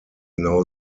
now